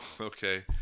okay